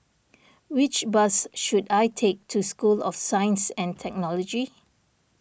which bus should I take to School of Science and Technology